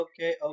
okay